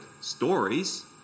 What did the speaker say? stories